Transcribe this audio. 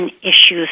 issues